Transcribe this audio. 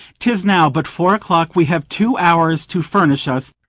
tis now but four o'clock we have two hours to furnish us.